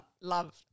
Love